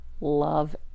love